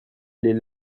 les